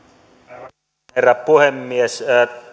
arvoisa herra puhemies